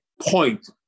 point